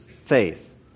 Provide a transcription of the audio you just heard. faith